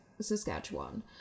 Saskatchewan